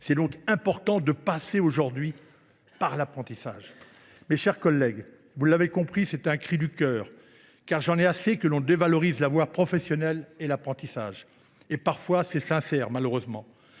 est donc important de passer par l’apprentissage. Mes chers collègues, vous l’avez compris, je lance un cri du cœur, car j’en ai assez que l’on dévalorise la voie professionnelle et l’apprentissage. Si ce dénigrement est malheureusement